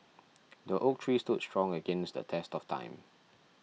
the oak tree stood strong against the test of time